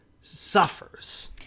suffers